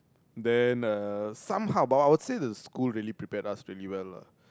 then uh somehow but I will say the school really prepared us really well lah